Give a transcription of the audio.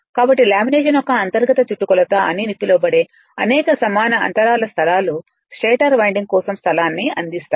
కాబట్టి లామినేషన్ యొక్క అంతర్గత చుట్టుకొలత అని పిలవబడే అనేక సమాన అంతరాల స్థలాలు స్టేటర్ వైండింగ్ కోసం స్థలాన్ని అందిస్తాయి